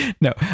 No